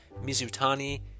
Mizutani